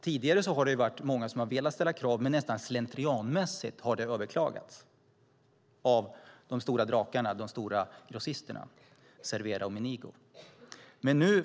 Tidigare har det varit många som har velat ställa krav, men det har nästan slentrianmässigt överklagats av de stora drakarna och grossisterna Servera och Menigo.